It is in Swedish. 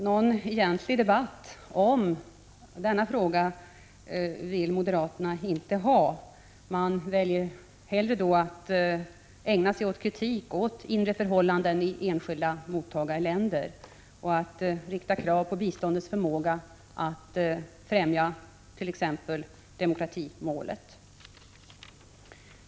Någon egentlig debatt vill moderaterna inte ha i denna fråga. Man väljer då hellre att ägna sig åt kritik av inre förhållanden i enskilda mottagarländer och att ställa krav på biståndets förmåga att främja t.ex. demokratimålet.